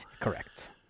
Correct